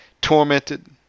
tormented